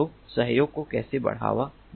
तो सहयोग को कैसे बढ़ावा दिया जाए